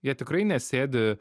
jie tikrai nesėdi